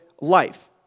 life